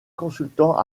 consultant